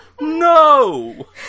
No